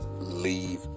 leave